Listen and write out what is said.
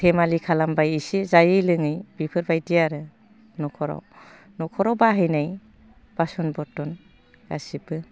देमालि खालामबाय एसे जायै लोङै बिफोरबायदि आरो न'खराव न'खराव बाहायनाय बासान बर्थन गासिबो